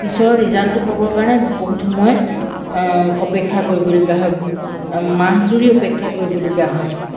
পিছৰ ৰিজাল্টটো পাবৰ কাৰণে বহুত সময় অপেক্ষা কৰিবলগীয়া হয় মাহ জুৰি অপেক্ষা কৰিবলগীয়া হয়